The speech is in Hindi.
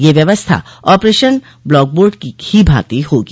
यह व्यवस्था ऑपरेशन ब्लैक बोर्ड की ही भांति होगी